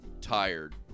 tired